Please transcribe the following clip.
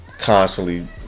constantly